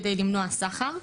כדי למנוע סחר.